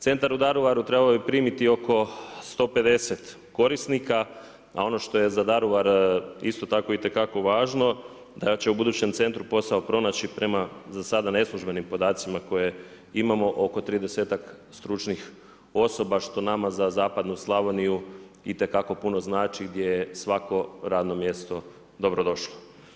Centar u Daruvaru trebao bi primiti oko 150 korisnika, a ono što je za Daruvar isto tako itekako važno da će u budućem centru posao pronaći prema za sada neslužbenim podacima koje imamo oko tridesetak stručnih osoba što nama za zapadnu Slavoniju itekako puno znači, gdje je svako radno mjesto dobro došlo.